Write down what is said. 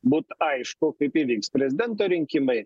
būt aišku kaip įvyks prezidento rinkimai